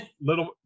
little